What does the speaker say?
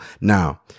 Now